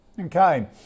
Okay